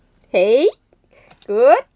hey good